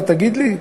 אתה תגיד לי?